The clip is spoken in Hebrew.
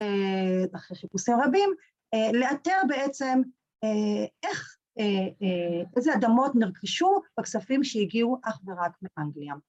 אחרי חיפושים רבים, לאתר בעצם איך איזה אדמות נרכשו בכספים שהגיעו אך ורק מאנגליה.